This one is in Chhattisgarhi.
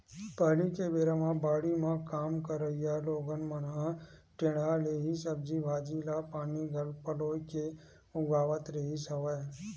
पहिली के बेरा म बाड़ी म काम करइया लोगन मन ह टेंड़ा ले ही सब्जी भांजी ल पानी पलोय के उगावत रिहिस हवय